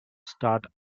start